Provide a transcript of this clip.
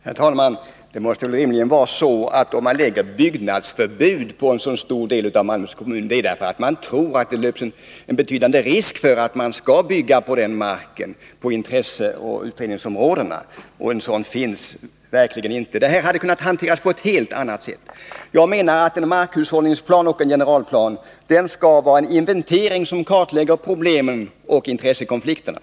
Herr talman! Det måste väl rimligen vara så att om man lägger byggnadsförbud på en så stor del av Malmö kommun, så är det därför att man tror att det finns en betydande risk för att det skall byggas på den marken på intresseoch utredningsområdena. En sådan risk finns verkligen inte. Detta hade kunnat hanteras på ett helt annat sätt. Jag menar att markhushållningsplan och en generalplan skall vara en inventering som kartlägger problemen och intressekonflikterna.